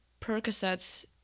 Percocets